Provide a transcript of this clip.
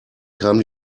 kam